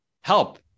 help